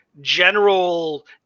general